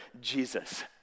Jesus